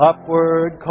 Upward